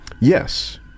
Yes